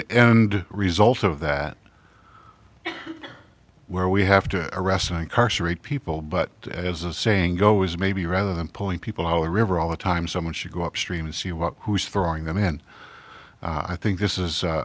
the end result of that where we have to arrest and incarcerate people but as a saying goes maybe rather than pulling people out of the river all the time someone should go upstream and see what who's throwing them in i think this is